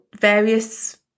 various